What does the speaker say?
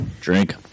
drink